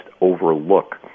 overlook